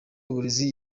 uburezi